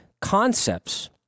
concepts